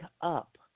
up